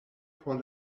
por